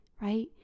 right